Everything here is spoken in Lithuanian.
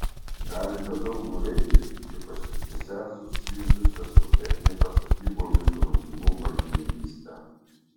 galite daug nuveikti ypač srityse susijusiose su technika statybomis draudimu bankininkyste